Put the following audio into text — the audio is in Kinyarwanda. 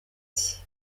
ati